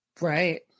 Right